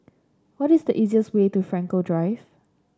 what is the easiest way to Frankel Drive